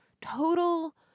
total